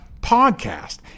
podcast